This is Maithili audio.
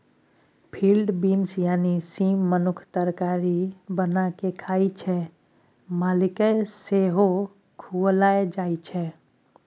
फील्ड बीन्स यानी सीम मनुख तरकारी बना कए खाइ छै मालकेँ सेहो खुआएल जाइ छै